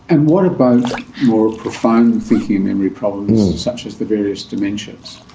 and what about more profound thinking and memory problems, such as the various dementias?